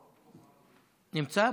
נמצא?